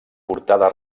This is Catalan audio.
portada